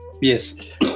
yes